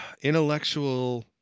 intellectual